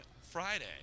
Friday